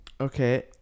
okay